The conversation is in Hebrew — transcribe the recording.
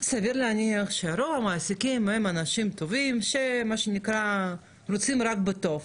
סביר להניח שרוב המעסיקים הם אנשים טובים שרוצים רק בטוב,